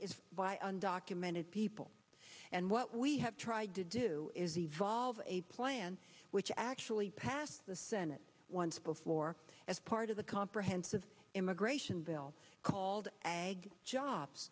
is by on documented people and what we have tried to do is evolve a plan which actually passed the senate once before as part of the comprehensive immigration bill called